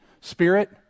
spirit